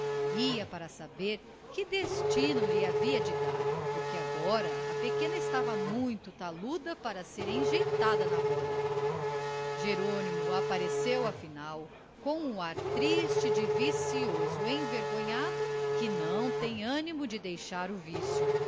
ia para saber que destino lhe havia de dar porque agora a pequena estava muito taluda para ser enjeitada na roda jerônimo apareceu afinal com um ar triste de vicioso envergonhado que não tem animo de deixar o vicio